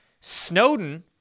Snowden